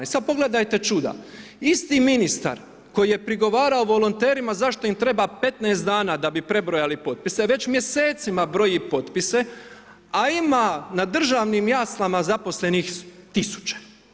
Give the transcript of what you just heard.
I sada pogledajte čuda, isti ministar koji je prigovarao volonterima zašto im treba 15 dana da bi prebrojali potpise već mjesecima broji potpise a ima na državnim jaslama zaposlenih tisuće.